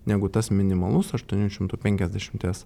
negu tas minimalus aštuonių šimtų penkiasdešimties